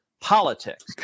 Politics